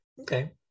Okay